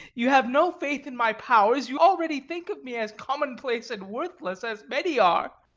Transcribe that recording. you have no faith in my powers, you already think of me as commonplace and worthless, as many are.